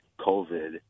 COVID